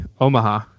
Omaha